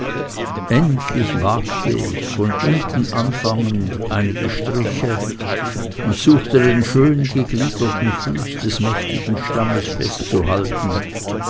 endlich wagte ich von unten anfangend einige striche und suchte den schöngegliederten fuß des mächtigen stammes festzuhalten